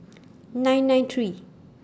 nine nine three